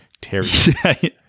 terry